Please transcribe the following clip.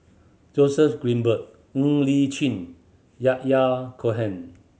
Joseph Grimberg Ng Li Chin Yahya Cohen